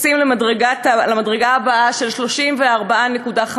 קופצים למדרגה הבאה של 34.5%,